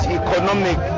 economic